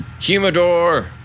Humidor